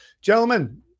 Gentlemen